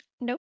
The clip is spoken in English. Nope